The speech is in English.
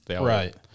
Right